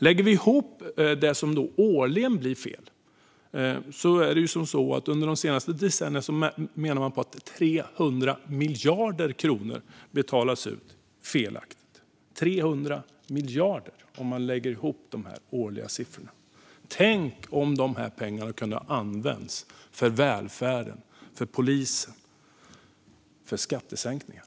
Lägger vi ihop det som årligen blir fel menar man att 300 miljarder kronor har betalats ut felaktigt under de senaste decennierna - 300 miljarder! Tänk om dessa pengar kunde ha använts för välfärden och polisen och till skattesänkningar!